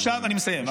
אני מסיים.